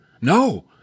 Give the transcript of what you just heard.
No